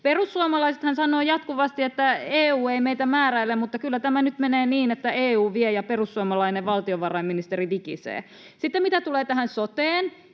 Perussuomalaisethan sanoo jatkuvasti, että EU ei meitä määräile. Mutta kyllä tämä nyt menee niin, että EU vie ja perussuomalainen valtiovarainministeri vikisee. Sitten mitä tulee tähän soteen